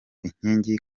inkingi